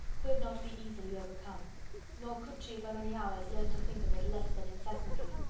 could not be easily overcome nor could she, for many hours, learn to think of it less than incessantly.